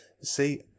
See